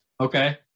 Okay